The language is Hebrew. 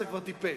אתה כבר טיפש.